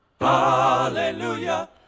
Hallelujah